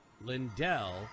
Lindell